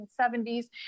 1970s